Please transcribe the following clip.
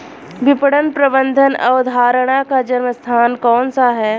विपणन प्रबंध अवधारणा का जन्म स्थान कौन सा है?